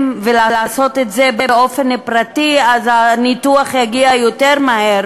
ולעשות את זה באופן פרטי אז הניתוח יגיע יותר מהר,